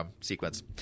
sequence